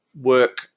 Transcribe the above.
Work